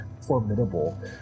formidable